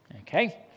Okay